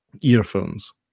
earphones